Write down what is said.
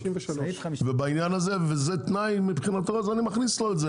זה תנאי מבחינתו, אז אני מכניס לו את זה.